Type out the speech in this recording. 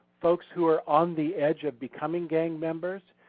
folks who are on the edge of becoming gang members,